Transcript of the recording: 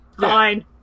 Fine